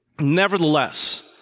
Nevertheless